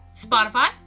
Spotify